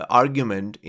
argument